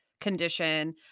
condition